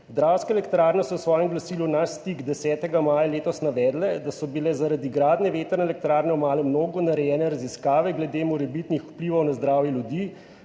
Dravske elektrarne so v svojem glasilu Naš stik 10. maja letos navedle, da so bile zaradi gradnje vetrne elektrarne v Malem Logu narejene raziskave glede morebitnih vplivov na zdravje ljudi,